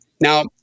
Now